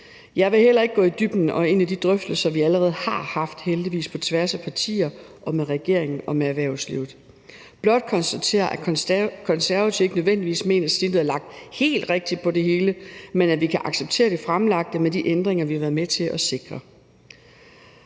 Jeg vil heller ikke gå i dybden med og ind i de drøftelser, vi allerede har haft, heldigvis på tværs af partier og med regeringen og med erhvervslivet. Jeg vil blot konstatere, at Konservative ikke nødvendigvis mener, at snittet er lagt helt rigtigt på det hele, men at vi kan acceptere det fremlagte med de ændringer, vi har været med til at sikre.